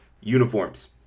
uniforms